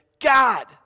God